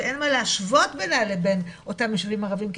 שאין מה להשוות בינה לבין אותם ישובים ערביים,